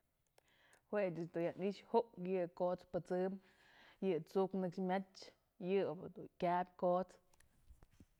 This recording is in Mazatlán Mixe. Jue ëch dun ya ni'ixë ku'uk yë kot's pësëm, yë t'suk nëx myach, yë obyë dun kyap kot's.